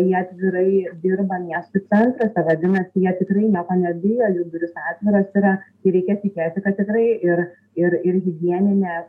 jie atvirai dirba miestų centruose vadinasi jie tikrai nieko nebijo jų durys atviros yra tai reikia tikėti kad tikrai ir ir ir higieninė